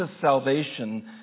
salvation